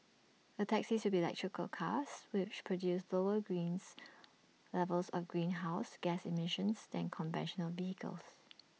the taxis will be electric cars which produce lower greens levels of greenhouse gas emissions than conventional vehicles